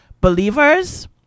believers